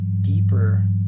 deeper